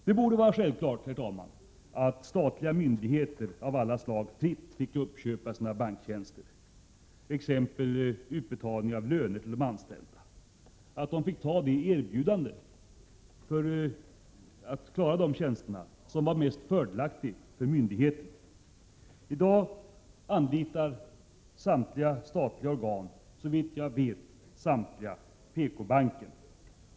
Det borde vara självklart, herr talman, att statliga myndigheter av alla slag fritt fick uppköpa sina banktjänster, t.ex. utbetalning av löner till de anställda. Det borde vara självklart att man fick ta det erbjudande att klara de tjänsterna som vore mest fördelaktigt för resp. myndighet. I dag anlitar, såvitt jag vet, samtliga statliga organ PKbanken.